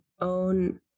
own